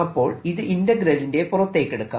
അപ്പോൾ ഇത് ഇന്റഗ്രലിന്റെ പുറത്തേക്കെടുക്കാം